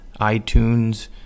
iTunes